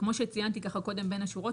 כמו שציינתי בין השורות,